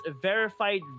verified